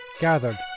gathered